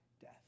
death